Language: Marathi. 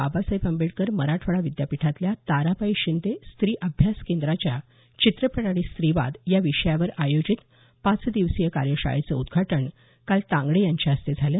बाबासाहेब आंबेडकर मराठवाडा विद्यापीठातल्या ताराबाई शिंदे स्त्री अभ्यास केंद्राच्या चित्रपट आणि स्त्रीवाद या विषयावर आयोजित पार्चादिवसीय कार्यशाळेचं उद्घाटन काल तांगडे यांच्या हस्ते झालं